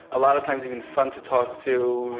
a lot of times even fun to talk to,